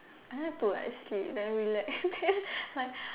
I like to like sleep then relax then like